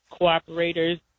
cooperators